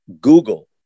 Google